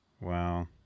Wow